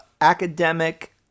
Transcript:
academic